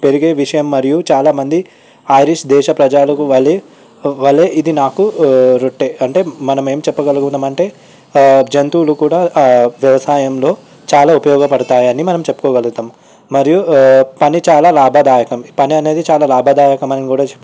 పెరిగే విషయం మరియు చాలామంది హారీష్ దేశ ప్రజలకు వలె వలె ఇది నాకు అంటే మనమేం చెప్పగలుగుతామంటే జంతువులు కూడా వ్యవసాయంలో చాలా ఉపయోగపడతాయని మనం చెప్పుకోగలుగుతాం మరియు పని చాలా లాభదాయకం పని అనేది చాలా లాభదాయకమని కూడా